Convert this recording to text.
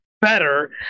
better